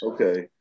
Okay